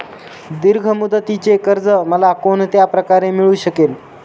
दीर्घ मुदतीचे कर्ज मला कोणत्या प्रकारे मिळू शकेल?